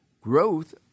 growth